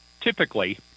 Typically